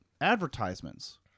advertisements